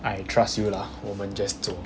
I trust you lah 我们 just 走